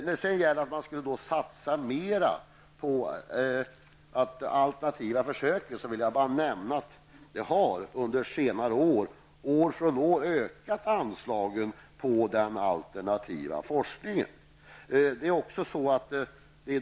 När det gäller att satsa mer på alternativa försök, vill jag bara nämna att anslagen till den alternativa forskningen har ökat mer för varje år.